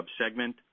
subsegment